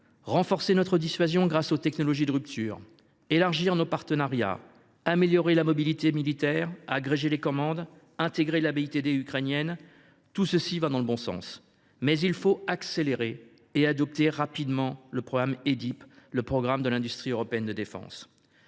renforcer notre dissuasion grâce aux technologies de rupture, élargir nos partenariats, améliorer la mobilité militaire, agréger les commandes et intégrer la BITD ukrainienne. Tout cela va dans le bon sens, mais il faut accélérer et adopter rapidement le programme Edip, le programme pour l’industrie européenne de défense.